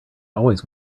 always